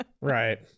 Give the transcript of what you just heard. Right